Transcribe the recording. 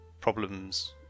problems